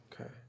Okay